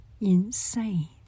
insane